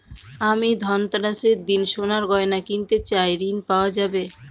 আমি ধনতেরাসের দিন সোনার গয়না কিনতে চাই ঝণ পাওয়া যাবে?